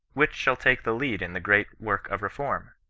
which shall take the lead in the great work of reform?